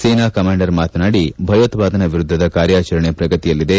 ಸೇನಾ ಕಮಾಂಡರ್ ಮಾತನಾಡಿ ಭಯೋತ್ಪಾದನಾ ವಿರುದ್ಧದ ಕಾರ್ಯಚರಣೆ ಪ್ರಗತಿಯಲ್ಲಿದೆ